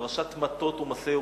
פרשת מטות ומסעי,